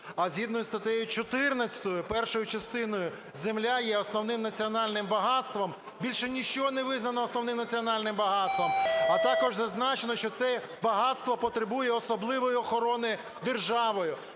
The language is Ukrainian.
А згідно із статтею 14 першою частиною земля є основним національним багатством. Більше ніщо не визнано основним національним багатством. А також зазначено, що це багатство потребує особливої охорони державою.